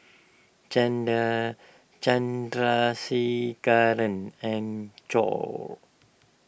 Chanda Chandrasekaran and Choor